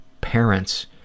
parents